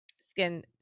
skin